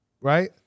Right